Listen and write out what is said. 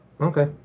Okay